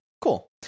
Cool